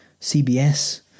CBS